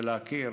להכיר